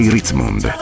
Ritzmond